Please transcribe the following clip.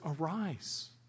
arise